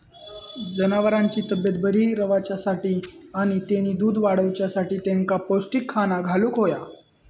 जनावरांची तब्येत बरी रवाच्यासाठी आणि तेनी दूध वाडवच्यासाठी तेंका पौष्टिक खाणा घालुक होया